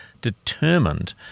determined